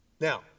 Now